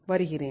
வருகிறேன்